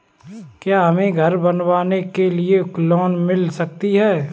क्या हमें घर बनवाने के लिए लोन मिल सकता है?